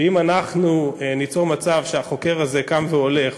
ואם אנחנו ניצור מצב שהחוק הזה קם והולך,